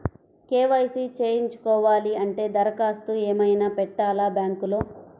KYC చేయించుకోవాలి అంటే దరఖాస్తు ఏమయినా పెట్టాలా బ్యాంకులో?